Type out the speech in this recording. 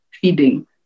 feeding